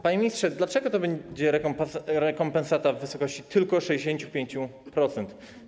Panie ministrze, dlaczego to będzie rekompensata w wysokości tylko 65%?